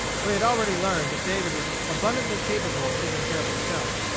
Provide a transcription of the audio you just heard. for he had already learned that david was abundantly capable of taking care of himself,